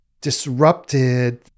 disrupted